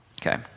Okay